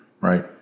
right